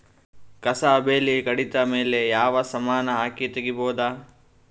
ಕಸಾ ಬೇಲಿ ಕಡಿತ ಮೇಲೆ ಯಾವ ಸಮಾನ ಹಾಕಿ ತಗಿಬೊದ?